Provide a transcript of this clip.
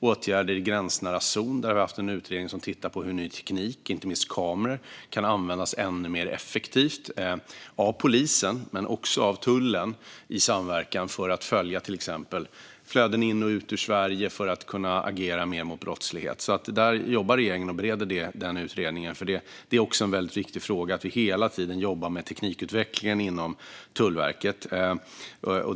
Vi hade en utredning om åtgärder i gränsnära zon, som har tittat på hur ny teknik, inte minst kameror, kan användas mer effektivt av polisen och också av tullen i samverkan för att följa till exempel flöden in i och ut ur Sverige för att kunna agera mer mot brottslighet. Regeringen bereder den utredningen. Det är också en väldigt viktig fråga att vi hela tiden jobbar med teknikutvecklingen inom Tullverket.